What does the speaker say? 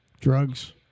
Drugs